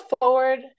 forward